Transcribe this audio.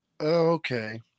Okay